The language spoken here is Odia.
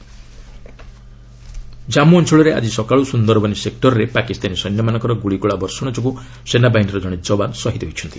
ଜେକେ ଏଲ୍ଓସି ଜନ୍ମୁ ଅଞ୍ଚଳରେ ଆଜି ସକାଳୁ ସୁନ୍ଦରବନୀ ସେକ୍ଟରରେ ପାକିସ୍ତାନୀ ସୈନ୍ୟମାନଙ୍କ ଗୁଳିଗୋଳା ବର୍ଷଣ ଯୋଗୁଁ ସେନାବାହିନୀର ଜଣେ ଯବାନ ଶହୀଦ୍ ହୋଇଛନ୍ତି